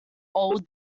old